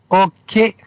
okay